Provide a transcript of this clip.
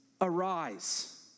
arise